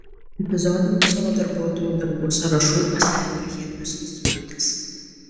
epizodinių savo darbuotojų darbų sąrašų paskelbė chemijos institutas